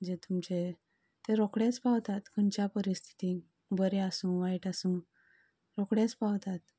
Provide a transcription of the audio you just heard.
जे तुमचे ते रोखडेच पावतात खंयच्या परिस्थितीत बरें आसूं वायट आसूं रोखडेच पावतात